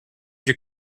your